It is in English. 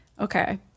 Okay